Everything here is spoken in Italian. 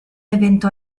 evento